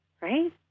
right